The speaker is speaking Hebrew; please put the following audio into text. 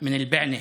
בענה,